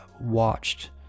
watched